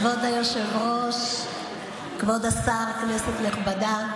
כבוד היושב-ראש, כבוד השר, כנסת נכבדה,